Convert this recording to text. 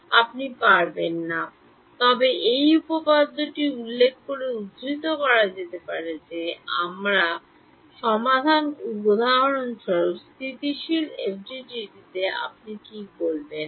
আপনি পারবেন না তবে এই উপপাদ্যটি উল্লেখ করে উদ্ধৃত করা যেতে পারে যে আমার সমাধান উদাহরণস্বরূপ স্থিতিশীল এফটিডিটি তে আপনি কী বলবেন